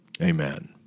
Amen